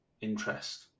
interest